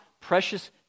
precious